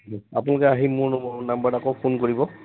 আপোনালোকে আহি মোৰ নম্বৰত আকৌ ফোন কৰিব